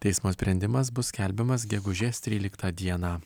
teismo sprendimas bus skelbiamas gegužės tryliktą dieną